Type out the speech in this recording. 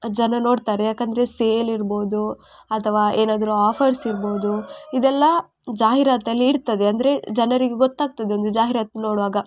ಜನ ನೋಡ್ತಾರೆ ಯಾಕೆಂದರೆ ಸೇಲ್ ಇರ್ಬೋದು ಅಥವಾ ಏನಾದರೂ ಆಫರ್ಸ್ ಇರ್ಬೋದು ಇದೆಲ್ಲ ಜಾಹಿರಾತಲ್ಲಿ ಇರ್ತದೆ ಅಂದರೆ ಜನರಿಗೂ ಗೊತ್ತಾಗ್ತದೊಂದು ಜಾಹಿರಾತು ನೋಡುವಾಗ